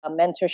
mentorship